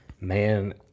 Man